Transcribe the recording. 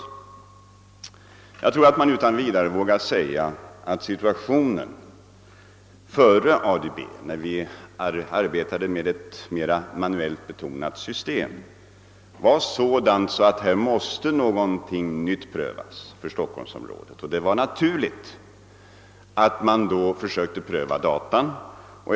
Jag anser mig utan vidare våga säga att situationen före införandet av ADB-systemet, när man alltså arbetade med ett mera manuellt system, var sådan att någonting nytt måste prövas för stockholmsområdet. Det var naturligt att då pröva databehandlingen.